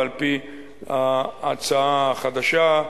ועל-פי ההצעה החדשה,